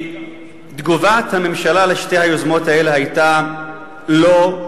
שתגובת הממשלה לשתי היוזמות האלה היתה "לא",